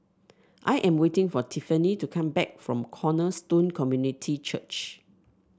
I am waiting for Tiffani to come back from Cornerstone Community Church